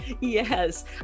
Yes